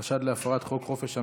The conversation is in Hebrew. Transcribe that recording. חשד להפרת חוק חופש המידע.